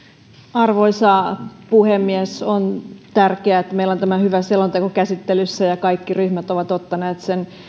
arvoisa puhemies on tärkeää että meillä on tämä hyvä selonteko käsittelyssä ja kaikki ryhmät ovat ottaneet sen